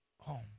home